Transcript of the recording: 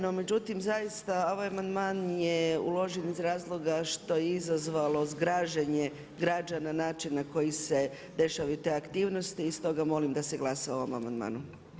No međutim, zaista ovaj amandman je uložen iz razloga što je izazvalo zgražanje građana način na koji se dešavaju te aktivnosti i stoga molim da se glasa o ovom amandmanu.